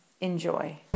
Enjoy